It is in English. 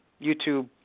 YouTube